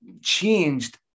changed